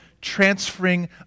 transferring